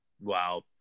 Wow